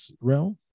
realm